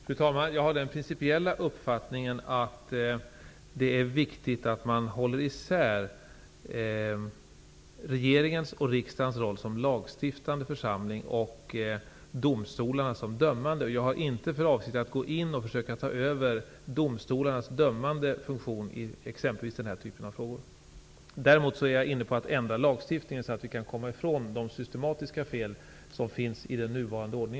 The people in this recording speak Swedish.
Fru talman! Jag har den principiella uppfattningen att det är viktigt att man håller isär å ena sidan regeringens och riksdagens roll som lagstiftande församling och å andra sidan domstolarnas roll som dömande instans. Jag har inte för avsikt att gå in och ta över domstolarnas dömande funktion i exempelvis denna typ av frågor. Däremot är jag inne på att ändra lagstiftningen, så att vi kan komma ifrån de systematiska fel som finns i nuvarande ordning.